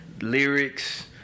lyrics